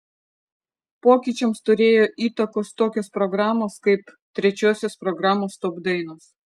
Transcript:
pokyčiams turėjo įtakos tokios programos kaip trečiosios programos top dainos